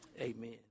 Amen